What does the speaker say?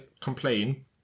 complain